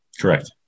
Correct